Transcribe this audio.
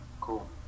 Cool